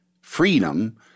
freedom